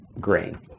grain